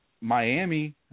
Miami